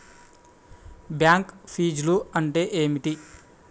Bank ఫీజ్లు అంటే ఏమిటి?